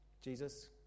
Jesus